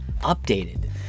updated